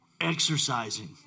exercising